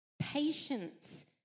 patience